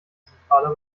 zentraler